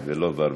וֶרבין.